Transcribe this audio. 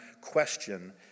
question